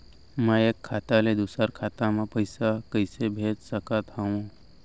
मैं एक खाता ले दूसर खाता मा पइसा कइसे भेज सकत हओं?